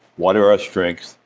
what are our strengths?